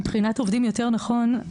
מבחינת עובדים יותר נכון,